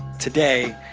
today,